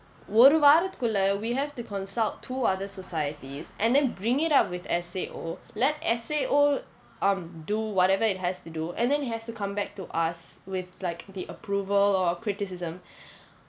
ஒரு வாரத்துக்குள்ள:oru vaarathukkulla we have to consult two other societies and then bring it up with S_A_O let S_A_O um do whatever it has to do and then has to come back to us with like the approval or criticism